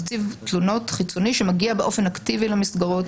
נציב תלונות חיצוני שמגיע באופן אקטיבי למסגרות,